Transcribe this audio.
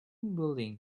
building